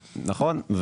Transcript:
נכון.